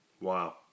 Wow